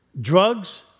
Drugs